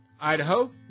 Idaho